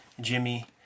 Jimmy